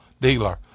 dealer